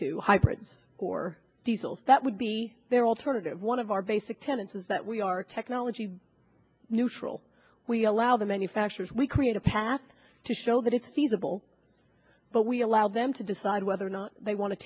to hybrids or diesel that would be their alternative one of our basic tenants is that we are technology neutral we allow the manufacturers we create a path to show that it's feasible but we allow them to decide whether or not they want to